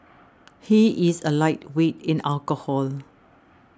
he is a lightweight in alcohol